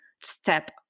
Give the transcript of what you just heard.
step